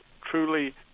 truly